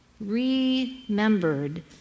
remembered